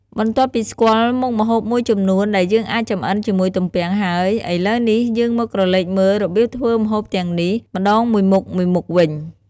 បន្ទាប់ពីស្គាល់មុខម្ហូបមួយចំនួនដែលយើងអាចចម្អិនជាមួយទំពាំងហើយ ឥឡូវនេះ យើងមកក្រឡេកមើលរបៀបធ្វើម្ហូបទាំងនេះ ម្ដងមួយមុខៗវិញ។